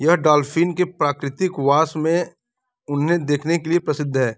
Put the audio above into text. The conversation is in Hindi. यह डॉल्फिन के प्राकृतिक वास में उन्हें देखने के लिए प्रसिद्ध है